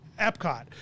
Epcot